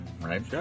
right